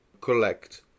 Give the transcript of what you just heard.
collect